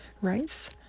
rice